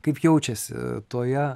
kaip jaučiasi toje